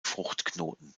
fruchtknoten